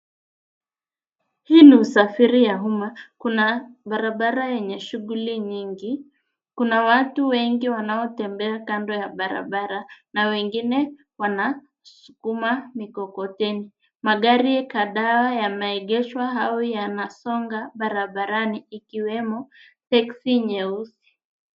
Hii ni usafiri wa umma. Kuna barabara yenye shughuli nyingi. Kuna watu wengi wanaotembea kando ya barabara na wengine wanasukuma mikokoteni. Magari kadhaa yameegeshwa au yanasonga barabarani ikiwemo taxi nyeusi.